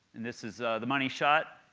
this is the money shot.